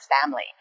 family